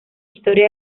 historia